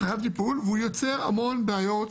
והוא יוצר המון בעיות